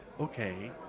Okay